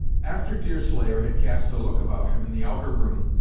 after deerslayer had cast a look about him in the outer room,